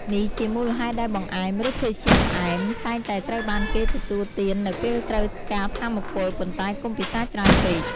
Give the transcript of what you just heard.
នេះជាមូលហេតុដែលបង្អែម ឬភេសជ្ជៈផ្អែម តែងតែត្រូវបានគេទទួលទាននៅពេលត្រូវការថាមពល ប៉ុន្តែកុំពិសារច្រើនពេក។